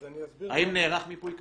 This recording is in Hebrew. האם נערך מיפוי כזה?